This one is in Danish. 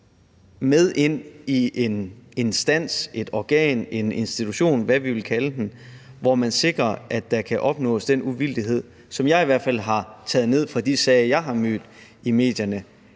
med ind i en instans, et organ, en institution, hvad end vi vil kalde det, hvor man sikrer, at der kan opnås den uvildighed, som jeg i hvert fald har taget ned fra de sager, jeg er stødt på i medierne,